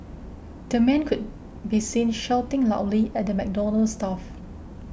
the man could be seen shouting loudly at the McDonald's staff